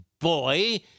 boy